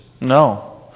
No